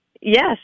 Yes